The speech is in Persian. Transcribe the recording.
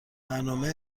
برنامه